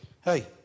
Hey